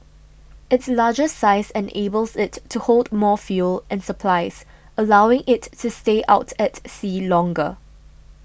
its larger size enables it to hold more fuel and supplies allowing it to stay out at sea longer